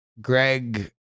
Greg